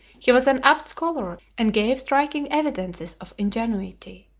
he was an apt scholar and gave striking evidences of ingenuity.